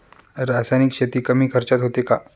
रासायनिक शेती कमी खर्चात होते का?